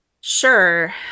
Sure